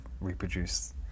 reproduce